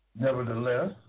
Nevertheless